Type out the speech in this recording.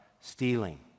stealing